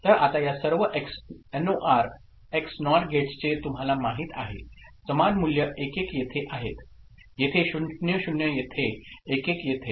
तर आता या सर्व XNOR गेट्स जे तुम्हाला माहित आहे समान मूल्ये 1 1 येथे आहेत येथे 0 0 येथे 1 1 येथे